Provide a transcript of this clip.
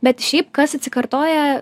bet šiaip kas atsikartoja